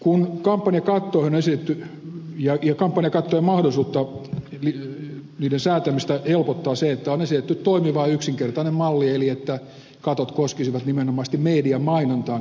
kun kampanja katto on esitetty ja joka oli kampanjakattojen mahdollisuutta niiden säätämistä helpottaa se että on esitetty toimiva yksinkertainen malli eli että katot koskisivat nimenomaisesti mediamainontaan käytettäviä rahoja